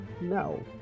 No